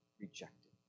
rejected